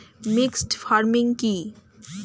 Mixed farming কি?